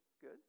good